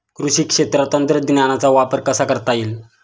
कृषी क्षेत्रात तंत्रज्ञानाचा वापर कसा करता येईल?